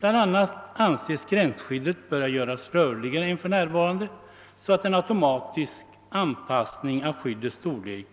Bland annat anses gränsskyddet böra göras rörligare än för närvarande, så att en automatisk anpassning av skyddets storlek